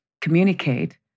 communicate